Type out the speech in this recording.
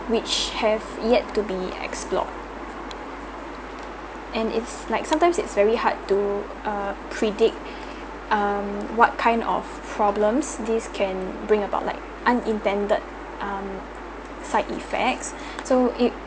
which have yet to be explored and it's like sometimes it's very hard to uh predict um what kind of problems this can bring about like unintended um side effects so